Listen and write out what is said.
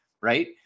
right